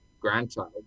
grandchild